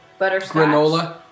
Granola